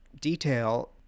detail